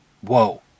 Whoa